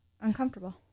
Uncomfortable